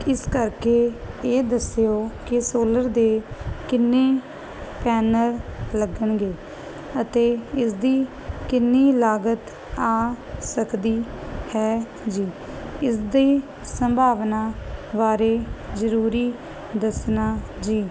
ਇਸ ਕਰਕੇ ਇਹ ਦੱਸਿਓ ਕਿ ਸੋਲਰ ਦੇ ਕਿੰਨੇ ਪੈਨਲ ਲੱਗਣਗੇ ਅਤੇ ਇਸਦੀ ਕਿੰਨੀ ਲਾਗਤ ਆ ਸਕਦੀ ਹੈ ਜੀ ਇਸਦੀ ਸੰਭਾਵਨਾ ਬਾਰੇ ਜਰੂਰੀ ਦੱਸਣਾ ਜੀ